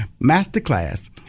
Masterclass